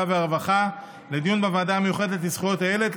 והרווחה לדיון בוועדה המיוחדת לזכויות הילד,